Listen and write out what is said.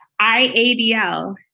IADL